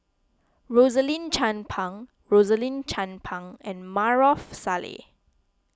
Rosaline Chan Pang Rosaline Chan Pang and Maarof Salleh